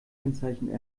kennzeichen